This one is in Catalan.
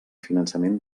finançament